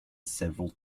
several